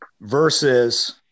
versus